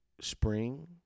spring